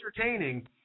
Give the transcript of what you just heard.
entertaining